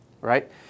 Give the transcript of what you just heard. right